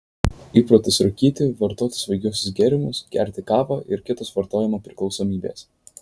įprotis rūkyti vartoti svaigiuosius gėrimus gerti kavą ir kitos vartojimo priklausomybės